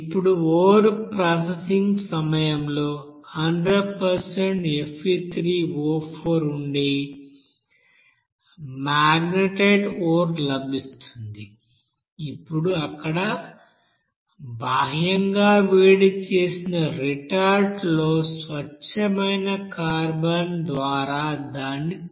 ఇప్పుడు ore processing సమయంలో 100 Fe3O4 ఉండే మాగ్నెటైట్ ఓర్ లభిస్తుంది ఇప్పుడు అక్కడ బాహ్యంగా వేడిచేసిన రిటార్ట్ లో స్వచ్ఛమైన కార్బన్ ద్వారా దాన్ని తగ్గించాలి